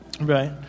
Right